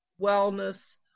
wellness